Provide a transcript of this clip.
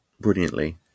brilliantly